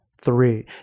three